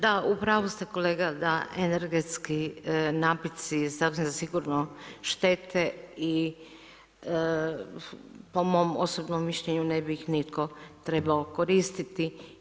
Da u pravu ste kolega da energetski napici s obzirom da sigurno štete i po mom osobnom mišljenju ne bi ih nitko trebao koristiti.